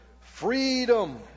Freedom